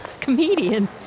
Comedian